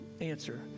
answer